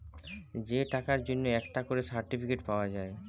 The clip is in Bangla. যে টাকার জন্যে একটা করে সার্টিফিকেট পাওয়া যায়